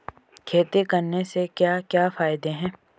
खेती करने से क्या क्या फायदे हैं?